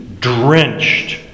drenched